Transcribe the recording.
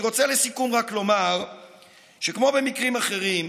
אני רוצה לסיכום רק לומר שכמו במקרים אחרים,